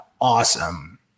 awesome